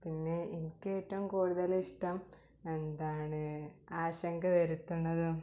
പിന്നെ എനിക്കേറ്റവും കൂടുതലിഷ്ടം എന്താണ് ആശങ്ക വരുത്തുന്നതും